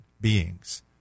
beings